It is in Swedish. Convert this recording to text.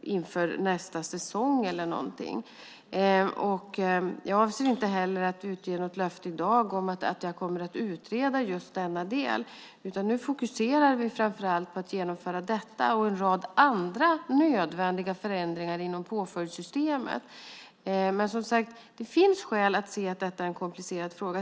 inför nästa säsong eller något sådant. Jag avser inte heller att avge något löfte i dag om att jag kommer att utreda just denna del. Nu fokuserar vi framför allt på att genomföra detta och en rad andra nödvändiga förändringar inom påföljdssystemen. Men det finns som sagt skäl att se att detta är en komplicerad fråga.